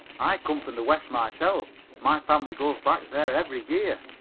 i come from the west myself. my family goes back there every year.